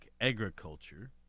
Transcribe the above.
agriculture